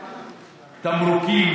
תמרוקים,